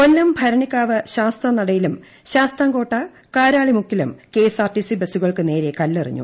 കൊല്ലം ഭരണിക്കാവ് ശാസ്താനടയിലും ശാസ്താംകോട്ട കാരാളിമുക്കിലും കെഎസ്ആർടിസി ബസ്സുകൾക്ക് നേരെ കല്ലെറിഞ്ഞു